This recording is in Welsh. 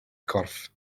corff